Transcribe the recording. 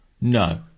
No